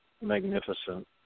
magnificent